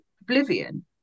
oblivion